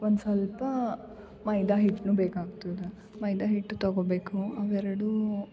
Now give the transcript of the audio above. ಒಂದುಸ್ವಲ್ಪ ಮೈದಾಹಿಟ್ನು ಬೇಕಾಗ್ತದೆ ಮೈದಾ ಹಿಟ್ಟು ತಗೋಬೇಕು ಅವೆರಡೂ